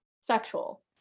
sexual